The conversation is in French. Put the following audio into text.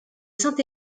saint